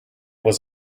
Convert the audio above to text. was